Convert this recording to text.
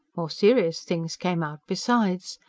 more serious things came out besides.